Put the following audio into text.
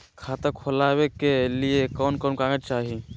खाता खोलाबे के लिए कौन कौन कागज चाही?